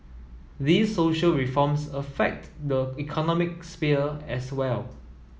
these social reforms affect the economic sphere as well